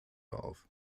auf